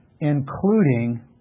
Including